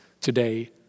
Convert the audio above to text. today